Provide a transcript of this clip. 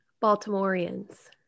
Baltimoreans